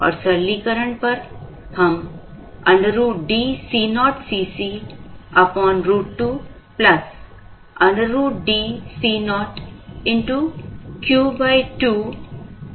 और सरलीकरण पर हम √DCoCc √2 √DCo Q2 Cc प्राप्त करेंगे